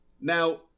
Now